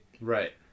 right